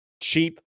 cheap